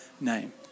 name